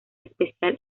especial